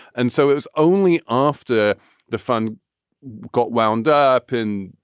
and so it was only after the fund got wound up and,